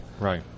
Right